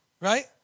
right